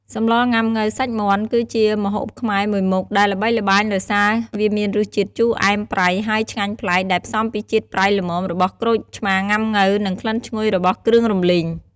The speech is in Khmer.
សម្លងុាំង៉ូវសាច់មាន់ គឺជាម្ហូបខ្មែរមួយមុខ ដែលល្បីល្បាញដោយសារវាមានរសជាតិជូរអែមប្រៃ ហើយឆ្ងាញ់ប្លែក ដែលផ្សំពីជាតិប្រៃល្មមរបស់ក្រូចឆ្មាងុាំង៉ូវនិងក្លិនឈ្ងុយរបស់គ្រឿងរំលីង។